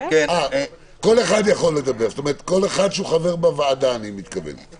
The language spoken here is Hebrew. כל אחד שהוא חבר בוועדה, יכול לדבר.